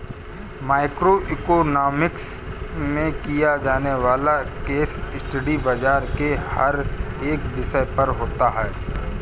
micro economics में किया जाने वाला केस स्टडी बाजार के हर एक विषय पर होता है